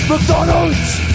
McDonald's